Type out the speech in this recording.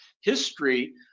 history